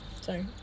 sorry